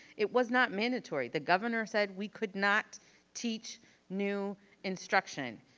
it was not mandatory. the governor said we could not teach new instruction.